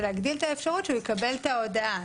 להגדיל את האפשרות שהוא יקבל את ההודעה.